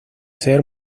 ser